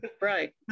right